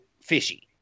fishy